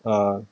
err